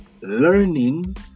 learning